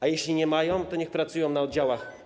A jeśli nie mają, to niech pracują na oddziałach